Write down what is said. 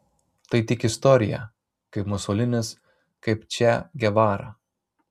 tai tik istorija kaip musolinis kaip če gevara